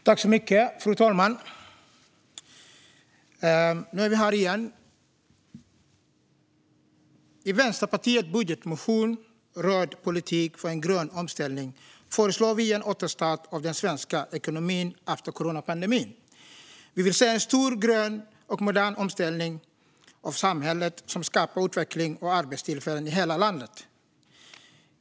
Fru talman! Nu är vi här igen. I Vänsterpartiets budgetmotion Röd politik för en grön omställning föreslår vi en återstart av den svenska ekonomin efter coronapandemin. Vi vill se en stor grön och modern omställning av samhället som skapar utveckling och arbetstillfällen i hela landet.